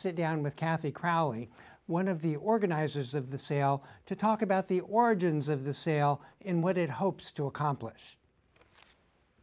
sit down with kathy crowley one of the organizers of the sale to talk about the origins of the sale in what it hopes to accomplish